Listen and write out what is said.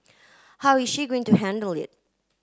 how is she going to handle it